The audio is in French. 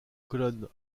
colonne